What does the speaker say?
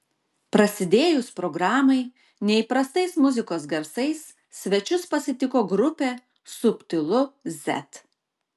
prasidėjus programai neįprastais muzikos garsais svečius pasitiko grupė subtilu z